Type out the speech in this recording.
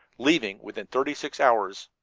leaving within thirty-six hours.